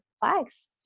flags